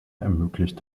ermöglicht